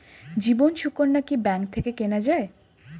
জীবন সুকন্যা কি ব্যাংক থেকে কেনা যায়?